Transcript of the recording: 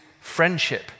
friendship